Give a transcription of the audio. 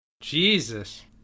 Jesus